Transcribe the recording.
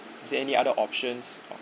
is that any other options